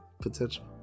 potential